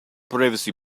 privacy